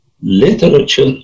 literature